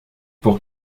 pour